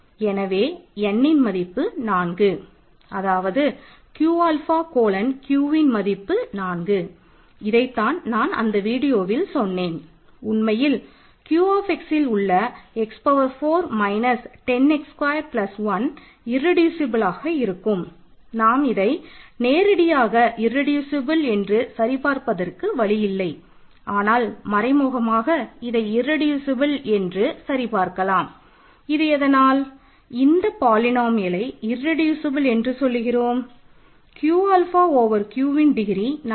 எனவே n என் மதிப்பு 4